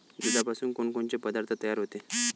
दुधापासून कोनकोनचे पदार्थ तयार होते?